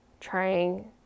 trying